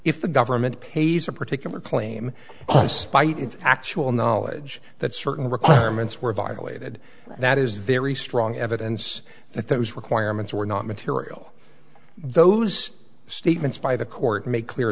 if the government pays a particular claim and spite its actual knowledge that certain requirements were violated that is there restrung evidence that those requirements were not material those statements by the court make clear